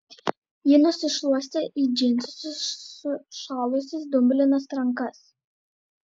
ji nusišluostė į džinsus sušalusias dumblinas rankas